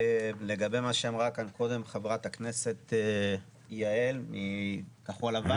לגבי מה שאמרה כאן קודם ח"כ ענבר בזק מכחול לבן